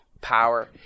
power